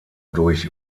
durch